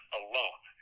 alone